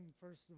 first